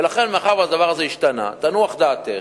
ולכן, מאחר שהדבר הזה השתנה, תנוח דעתך,